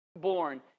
born